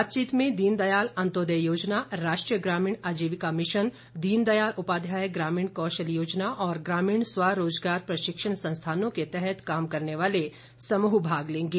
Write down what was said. बातचीत में दीनदयाल अन्त्योदय योजना राष्ट्रीय ग्रामीण आजीविका मिशन दीनदायल उपाध्याय ग्रामीण कौशल योजना और ग्रामीण स्व रोजगार प्रशिक्षण संस्थानों के तहत काम करने वाले समूह भाग लेंगे